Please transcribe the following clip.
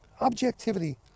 objectivity